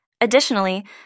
Additionally